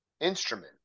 instrument